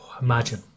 Imagine